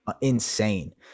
insane